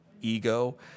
ego